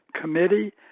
Committee